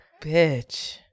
Bitch